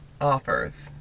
offers